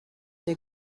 der